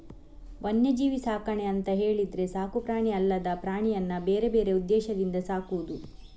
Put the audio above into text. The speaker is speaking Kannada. ವನ್ಯಜೀವಿ ಸಾಕಣೆ ಅಂತ ಹೇಳಿದ್ರೆ ಸಾಕು ಪ್ರಾಣಿ ಅಲ್ಲದ ಪ್ರಾಣಿಯನ್ನ ಬೇರೆ ಬೇರೆ ಉದ್ದೇಶದಿಂದ ಸಾಕುದು